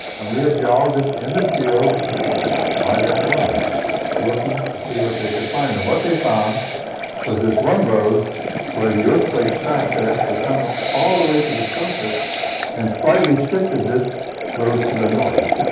and we had geologists in the field by that morning looking to see what they could find. and what they found was this one road where the earthquake crack had actually come up all the way to the surface and slightly shifted this road to the north,